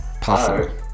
possible